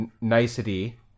nicety